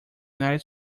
united